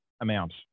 amount